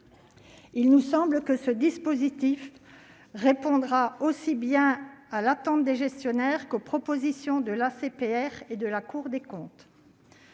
Il nous semble que ce dispositif répondra aux attentes des gestionnaires qu'aux recommandations de l'ACPR et de la Cour des comptes.